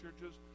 churches